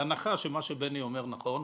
בהנחה שמה שבני אומר נכון.